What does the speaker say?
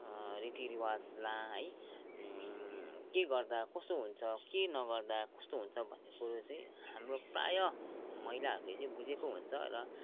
रीति रिवाजलाई है के गर्दा कसो हुन्छ के नगर्दा कस्तो हुन्छ भन्ने कुरो चाहिँ स हाम्रो प्राय महिलाहरूले चाहिँ बुझेको हुन्छ र